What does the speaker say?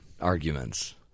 arguments